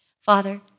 Father